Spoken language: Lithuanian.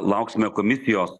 lauksime komisijos